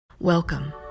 Welcome